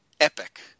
Epic